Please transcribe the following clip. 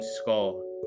skull